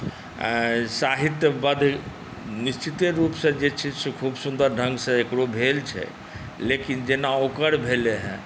साहित्य बदलि निश्चिते रूपसँ जे छै से खूब सुन्दर ढङ्गसँ एकरो भेल छै लेकिन जेना ओकर भेलै हेँ